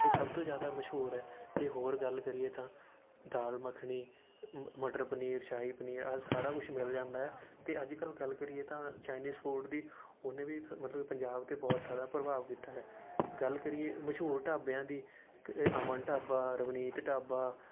ਇਹ ਸਭ ਤੋਂ ਜ਼ਿਆਦਾ ਮਸ਼ਹੂਰ ਹੈ ਜੇ ਹੋਰ ਗੱਲ ਕਰੀਏ ਤਾਂ ਦਾਲ ਮੱਖਣੀ ਮ ਮਟਰ ਪਨੀਰ ਸ਼ਾਹੀ ਪਨੀਰ ਆਦਿ ਸਾਰਾ ਕੁਛ ਮਿਲ ਜਾਂਦਾ ਹੈ ਅਤੇ ਜੇ ਅੱਜ ਕੱਲ੍ਹ ਗੱਲ ਕਰੀਏ ਤਾਂ ਚਾਈਨਿਸ ਫੂਡ ਦੀ ਉਹਨੇ ਵੀ ਮਤਲਬ ਪੰਜਾਬ 'ਤੇ ਬਹੁਤ ਸਾਰਾ ਪ੍ਰਭਾਵ ਕੀਤਾ ਹੈ ਗੱਲ ਕਰੀਏ ਮਸ਼ਹੂਰ ਢਾਬਿਆਂ ਦੀ ਕ ਅਮਨ ਢਾਬਾ ਰਵਨੀਤ ਢਾਬਾ